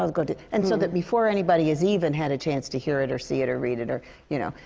i'll go do it. and so that before anybody has even had a chance to hear it or see it or read it, or you know.